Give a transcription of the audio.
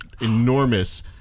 enormous